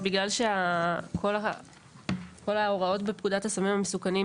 בגלל שכל ההוראות בפקודת הסמים המסוכנים,